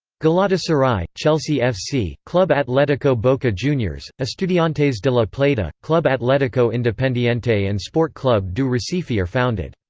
galatasaray, chelsea f c, club atletico boca juniors, estudiantes de la plata, club atletico independiente and sport club do recife are founded.